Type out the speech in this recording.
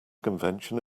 convention